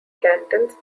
cantons